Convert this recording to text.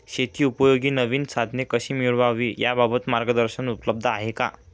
शेतीउपयोगी नवीन साधने कशी मिळवावी याबाबत मार्गदर्शन उपलब्ध आहे का?